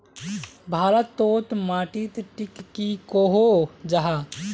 भारत तोत माटित टिक की कोहो जाहा?